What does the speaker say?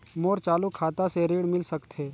मोर चालू खाता से ऋण मिल सकथे?